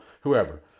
Whoever